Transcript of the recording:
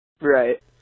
Right